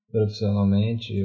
Profissionalmente